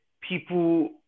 people